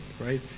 right